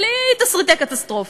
בלי תסריטי קטסטרופה,